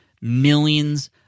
millions